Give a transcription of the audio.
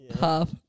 Half